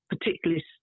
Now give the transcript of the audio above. particularly